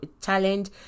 challenge